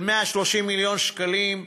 של 130 מיליון שקלים,